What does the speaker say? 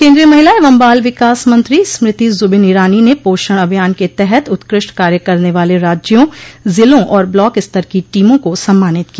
केन्द्रीय महिला एवं बाल विकास मंत्री स्मृति जुबिन ईरानी ने पोषण अभियान के तहत उत्कृष्ट कार्य करने वाले राज्यों जिलों और ब्लॉक स्तर की टीमों को सम्मानित किया